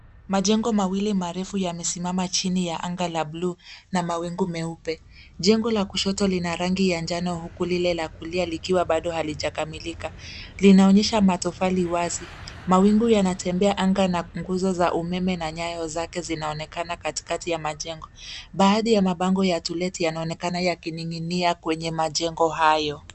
Majengo mawili marefu yamesimama chini ya anga la buluu na mawingu meupe. Jengo la kushoto lina rangi ya njano huku lile la kulia likiwa bado halijakamilika. Linaonyesha matofali wazi. Mawingu yanatembea anga na nguzo za umeme na nyaya zake zinaonekana katikati ya majengo. Baadhi ya mabango ya To Let yanaonekana yakining'inia kwenye majengo hayo.